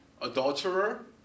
adulterer